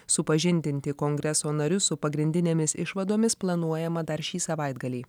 supažindinti kongreso narius su pagrindinėmis išvadomis planuojama dar šį savaitgalį